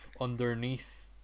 underneath